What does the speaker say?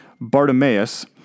Bartimaeus